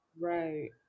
Right